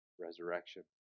resurrection